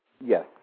yes